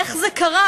איך זה קרה?